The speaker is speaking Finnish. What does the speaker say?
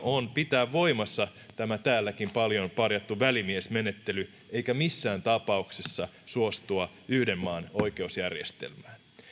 on pitää voimassa tämä täälläkin paljon parjattu välimiesmenettely eikä missään tapauksessa suostua yhden maan oikeusjärjestelmään